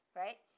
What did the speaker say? right